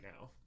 now